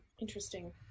Interesting